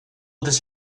this